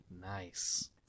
Nice